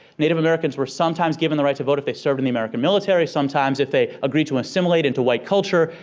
native americans were sometimes given the right to vote if they served in the american military. sometimes if they agreed to assimilate into white culture.